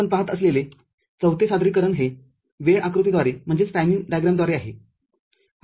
आपण पाहत असलेले चौथे सादरीकरण हे वेळ आकृतीद्वारे आहे